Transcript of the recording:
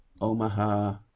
Omaha